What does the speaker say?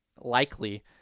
likely